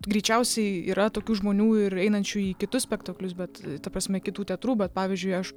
greičiausiai yra tokių žmonių ir einančių į kitus spektaklius bet ta prasme kitų teatrų bet pavyzdžiui aš